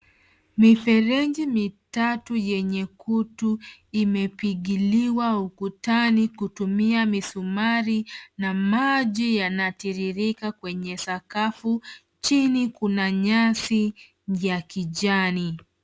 Mifereji mitatu yenye kutu imepigiliwa ukutani kwa tumia misumari, na maji yanatiririka kwenye sakafu. Chini kuna nyasi ya kijani.